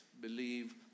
believe